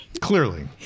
clearly